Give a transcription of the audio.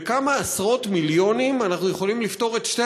בכמה עשרות מיליונים אנחנו יכולים לפתור את שתי